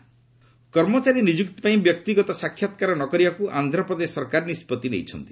AP Jaganmohan କର୍ମଚାରୀ ନିଯୁକ୍ତି ପାଇଁ ବ୍ୟକ୍ତିଗତ ସାକ୍ଷାତ୍କାର ନକରିବାକୁ ଆନ୍ଧ୍ରପ୍ରଦେଶ ସରକାର ନିଷ୍କଭି ନେଇଛନ୍ତି